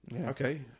Okay